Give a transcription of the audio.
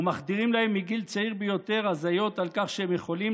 ומחדירים להם מגיל צעיר ביותר הזיות על כך שהם יכולים